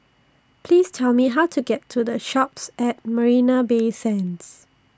Please Tell Me How to get to The Shoppes At Marina Bay Sands